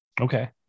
Okay